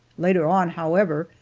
later on, however,